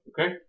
Okay